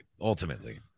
ultimately